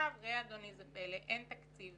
ראה אדוני זה פלא, אין תקציב